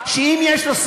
ואם יש לו,